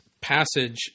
Passage